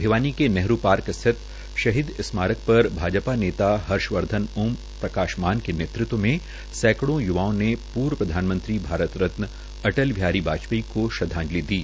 भिवानी के नेहरू पार्क स्थित शहीद स्मारक पर भाजपा नेता हर्षवर्धन ओम प्रकाश मान के नेतृत्व में सैंकड़ों युवाओं ने पूर्व प्रधानमंत्री भारत रत्न अटल बिहारी वाजपेयी को श्रदवाजंति दी